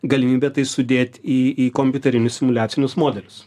galimybė tai sudėt į į kompiuterinius simuliacinius modelius